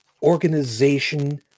Organization